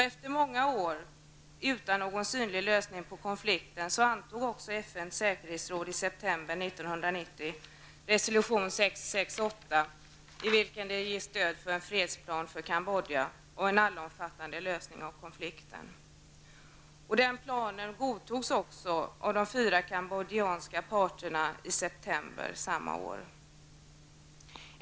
Efter många år utan någon synlig lösning på konflikten antog FNs säkerhetsråd i september 1990 resolution 668, i vilken det ges stöd för en fredsplan för Kambodja och en allomfattande lösning av konflikten. Den planen godtogs också av de fyra kambodjanska parterna.